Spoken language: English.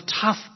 tough